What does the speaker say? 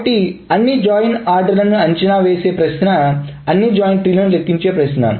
కాబట్టి అన్ని జాయిన్ ఆర్డర్లను అంచనా వేసే ప్రశ్న అన్ని జాయిన్ ట్రీలను లెక్కించే ప్రశ్న